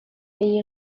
iyi